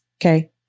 Okay